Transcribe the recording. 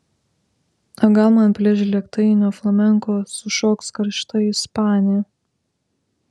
o gal man prie žlėgtainio flamenko sušoks karšta ispanė